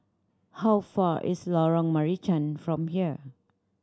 how far is Lorong Marican from here